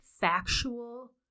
factual